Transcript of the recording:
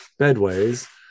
bedways